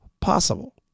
possible